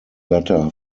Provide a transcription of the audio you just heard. latter